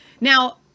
Now